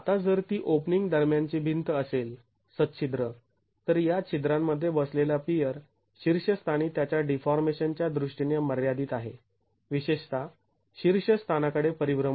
आता जर ती ओपनिंग दरम्यानची भिंत असेल सच्छिद्र तर या छिद्रांमध्ये बसलेला पियर शीर्षस्थानी त्याच्या डीफॉर्मेशनच्या दृष्टीने मर्यादित आहे विषेशत शीर्ष स्थानाकडचे परिभ्रमण